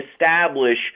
establish